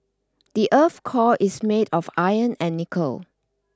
the earth's core is made of iron and nickel